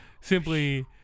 simply